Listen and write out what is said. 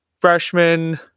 freshman